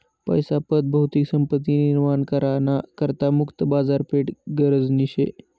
पैसा पत भौतिक संपत्ती निर्माण करा ना करता मुक्त बाजारपेठ गरजनी शे